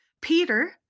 Peter